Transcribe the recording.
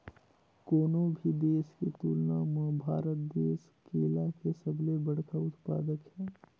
कोनो भी देश के तुलना म भारत देश केला के सबले बड़खा उत्पादक हे